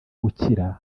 gukira